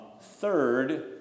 Third